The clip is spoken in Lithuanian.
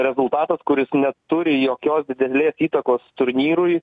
rezultatas kuris neturi jokios didelės įtakos turnyrui